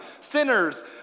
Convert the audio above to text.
Sinners